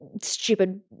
stupid